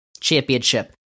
championship